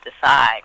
decide